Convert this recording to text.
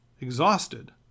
exhausted